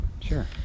Sure